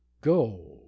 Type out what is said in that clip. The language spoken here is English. GO